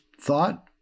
thought